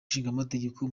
ishingamategeko